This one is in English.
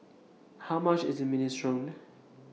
How much IS Minestrone